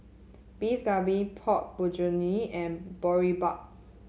Beef Galbi Pork Bulgogi and Boribap